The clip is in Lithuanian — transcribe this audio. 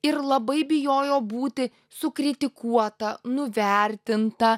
ir labai bijojo būti sukritikuota nuvertinta